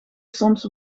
soms